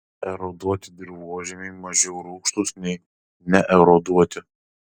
eroduoti dirvožemiai mažiau rūgštūs nei neeroduoti